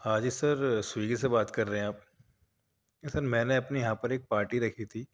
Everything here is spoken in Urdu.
ہاں جی سر سویگی سے بات کر رہے ہیں آپ جی سر میں نے اپنے یہاں پر ایک پارٹی رکھی تھی